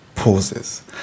Pauses